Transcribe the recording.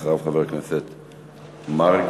אחריו, חבר הכנסת מרגי.